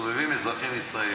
מסתובבים אזרחים ישראלים,